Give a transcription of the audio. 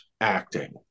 acting